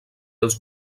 els